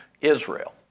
Israel